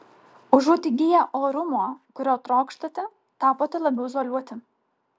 užuot įgiję orumo kurio trokštate tapote labiau izoliuoti